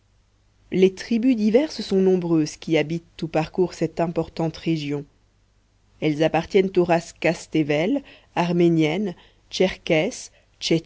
les tribus diverses sont nombreuses qui habitent ou parcourent cette importante région elles appartiennent aux races kaztevel arménienne